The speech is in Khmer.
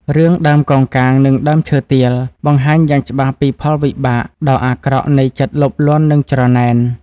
រឿង "ដើមកោងកាងនិងដើមឈើទាល" បង្ហាញយ៉ាងច្បាស់ពីផលវិបាកដ៏អាក្រក់នៃចិត្តលោភលន់និងច្រណែន។